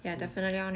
mm